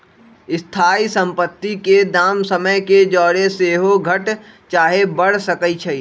स्थाइ सम्पति के दाम समय के जौरे सेहो घट चाहे बढ़ सकइ छइ